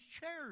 chairs